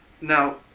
Now